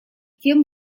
тем